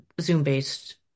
Zoom-based